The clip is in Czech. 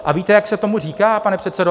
A víte, jak se tomu říká, pane předsedo?